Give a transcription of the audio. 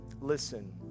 listen